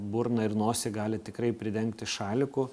burną ir nosį gali tikrai pridengti šaliku